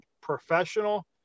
professional